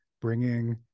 bringing